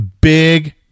big